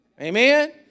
amen